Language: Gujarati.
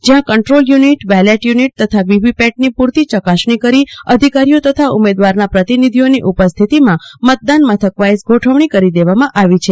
જ્યાં કન્ટ્રોલ યુનિટ બેલેટ યુનિટ તથા વીવીપેટની પૂરતી ચકાસણી કરી અધિકારીઓ તથા ઉમેદવારના પ્રતિનિધિઓની ઉપસ્થિતમાં મતદાન મથકવાઇઝ ગોઠવણી કરી દેવામાં અાવી છે